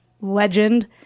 legend